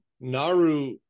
Naru